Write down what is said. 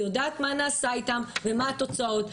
היא יודעת מה נעשה איתן ומה התוצאות.